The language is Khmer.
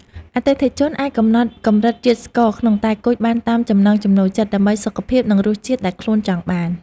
អតិថិជនអាចកំណត់កម្រិតជាតិស្ករក្នុងតែគុជបានតាមចំណង់ចំណូលចិត្តដើម្បីសុខភាពនិងរសជាតិដែលខ្លួនចង់បាន។